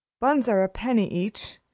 buns are a penny each.